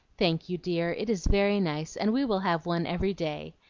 thank you, dear, it is very nice, and we will have one every day.